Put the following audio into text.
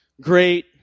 great